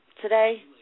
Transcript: today